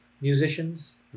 musicians